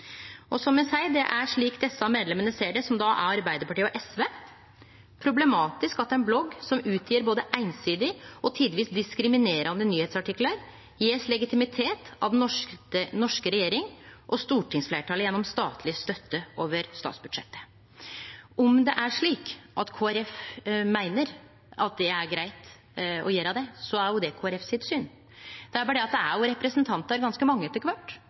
Som eg seier, er det – slik desse medlemene, som er Arbeidarpartiet og SV, ser det – problematisk at ein blogg som gjev ut både einsidige og tidvis diskriminerande nyheitsartiklar, blir gjeven legitimitet av den norske regjeringa og stortingsfleirtalet gjennom statleg støtte over statsbudsjettet. Om det er slik at Kristeleg Folkeparti meiner at det er greitt å gjere det, er jo det Kristeleg Folkepartis syn. Det er berre det at det etter kvart er ganske mange